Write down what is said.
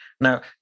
Now